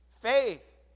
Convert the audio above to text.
faith